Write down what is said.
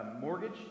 mortgage